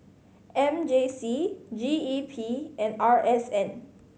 M J C G E P and R S N